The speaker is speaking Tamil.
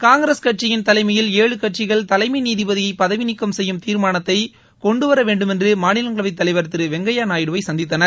காங்கிரஸ் கட்சியின் தலைமையில் ஏழு கட்சிகள் தலைமை நீதிபதியை பதவிநீக்கம் செய்யும் தீர்மானத்தை கொண்டுவர வேண்டுமென்று மாநிலங்களவைத் தலைவர் திரு வெங்கையா நாயுடுவை சந்தித்தனர்